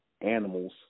animals